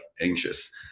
anxious